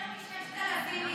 יותר מ-6,000 איש.